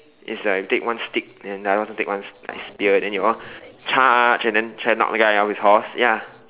it's like if you take one stick then the other one take one s~ like spear then they all charge and then try to knock the other guy off his horse ya